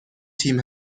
تیم